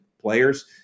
players